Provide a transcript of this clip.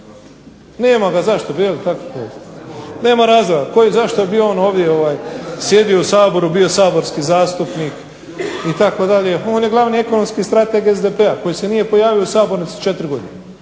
se./…, nema razloga, zašto bi on ovdje sjedio u Saboru, bio saborski zastupnik itd. On je glavni ekonomski strateg SDP-a koji se nije pojavio u sabornici četiri godine.